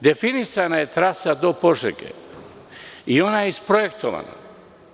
Definisana je trasa do Požege i ona je isprojektovana.